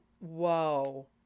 whoa